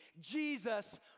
Jesus